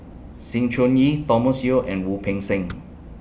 Sng Choon Yee Thomas Yeo and Wu Peng Seng